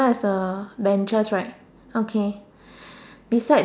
as the benches right okay beside